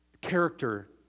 Character